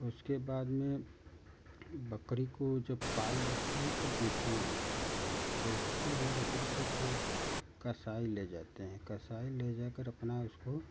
उसके बाद में बकरी को जब पाल लेते हैं तो बेचने ला कर होते हैं तो बेचते हैं बकरी को तो कसाई ले जाते हैं कसाई ले जा कर अपना उसको